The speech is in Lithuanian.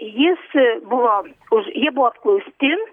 jis buvo už jį buvo apklausti